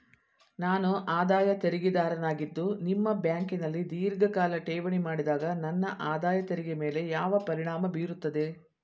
ನಾನು ಆದಾಯ ತೆರಿಗೆದಾರನಾಗಿದ್ದು ನಿಮ್ಮ ಬ್ಯಾಂಕಿನಲ್ಲಿ ಧೀರ್ಘಕಾಲ ಠೇವಣಿ ಮಾಡಿದಾಗ ನನ್ನ ಆದಾಯ ತೆರಿಗೆ ಮೇಲೆ ಯಾವ ಪರಿಣಾಮ ಬೀರುತ್ತದೆ?